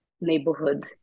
neighborhood